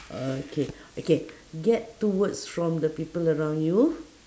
okay okay get two words from the people around you